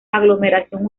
aglomeración